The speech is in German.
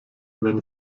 wenn